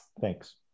Thanks